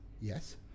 Yes